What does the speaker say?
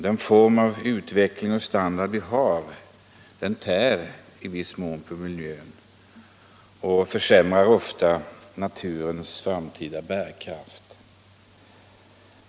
Den form av utveckling och standard vi har tär i viss mån på miljön och försämrar ofta naturens framtida bärkraft.